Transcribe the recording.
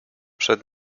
przed